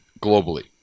globally